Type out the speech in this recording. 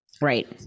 right